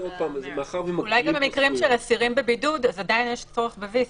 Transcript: --- אולי גם במקרים של אסירים בבידוד אז עדיין יש צורך ב VC,